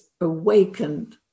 awakened